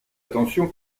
attention